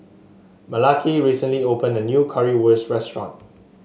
Malaki recently opened a new Currywurst restaurant